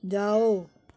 जाओ